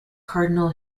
cardinal